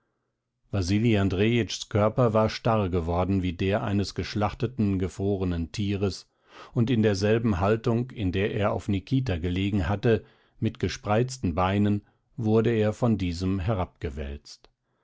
wasili andrejitschs körper war starr geworden wie der eines geschlachteten gefrorenen tieres und in derselben haltung in der er auf nikita gelegen hatte mit gespreizten beinen wurde er von diesem